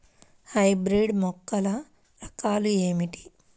Hybrid మొక్కల రకాలు ఏమిటి?